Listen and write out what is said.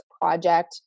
project